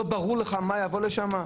לא ברור לך מה יבוא לשם?